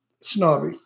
snobby